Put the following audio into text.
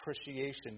appreciation